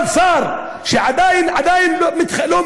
אבל זה שר שעדיין לא מתחרט,